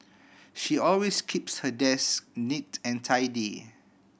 she always keeps her desk neat and tidy